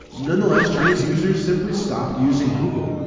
nonetheless, chinese users simply stopped using google.